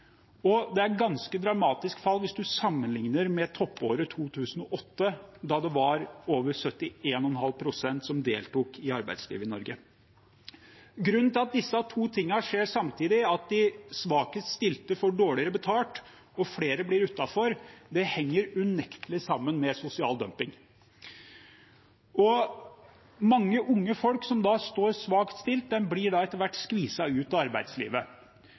og det er et ganske dramatisk tall hvis man sammenligner med toppåret 2008, da det var over 71,5 pst. som deltok i arbeidslivet i Norge. Grunnen til at disse to tingene skjer samtidig, at de svakest stilte får dårligere betalt og flere havner utenfor, henger unektelig sammen med sosial dumping. Mange unge folk som står svakt stilt, blir etter hvert skviset ut av arbeidslivet.